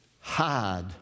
hide